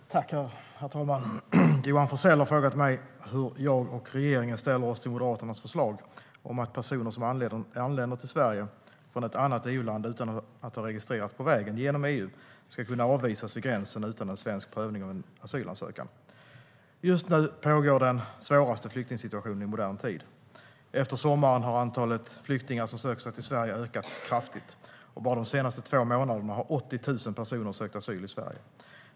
Herr talman! Johan Forssell har frågat mig hur jag och regeringen ställer oss till Moderaternas förslag om att personer som anländer till Sverige från ett annat EU-land utan att ha registrerats på vägen genom EU ska kunna avvisas vid gränsen utan en svensk prövning av en asylansökan. Just nu pågår den svåraste flyktingsituationen i modern tid. Efter sommaren har antalet flyktingar som söker sig till Sverige ökat kraftigt, och bara de senaste två månaderna har 80 000 personer sökt asyl i Sverige.